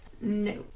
No